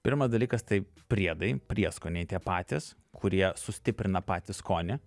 pirmas dalykas tai priedai prieskoniai tie patys kurie sustiprina patį skonį